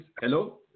hello